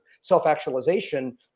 self-actualization